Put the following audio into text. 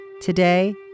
Today